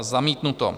Zamítnuto.